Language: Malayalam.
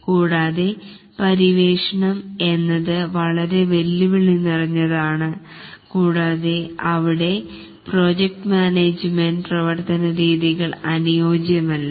കൂടാതെ പര്യവേഷണം എന്നത് വളരെ വെല്ലുവിളിനിറഞ്ഞതാണ് കൂടാതെ അവിടെ പ്രോജക്ട് മാനേജ്മന്റ് പ്രവർത്തനരീതികൾ അനുയോജ്യമല്ല